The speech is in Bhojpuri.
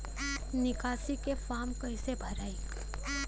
निकासी के फार्म कईसे भराई?